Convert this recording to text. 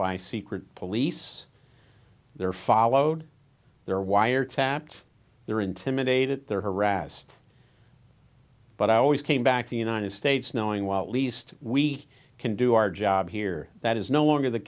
by secret police they're followed they're wiretapped they're intimidated they're harassed but i always came back the united states knowing what least we can do our job here that is no longer the